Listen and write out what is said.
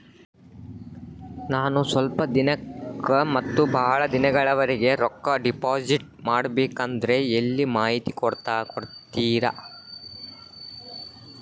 ನಾನು ಸ್ವಲ್ಪ ದಿನಕ್ಕ ಮತ್ತ ಬಹಳ ದಿನಗಳವರೆಗೆ ರೊಕ್ಕ ಡಿಪಾಸಿಟ್ ಮಾಡಬೇಕಂದ್ರ ಎಲ್ಲಿ ಮಾಹಿತಿ ಕೊಡ್ತೇರಾ?